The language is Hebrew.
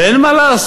ואין מה לעשות,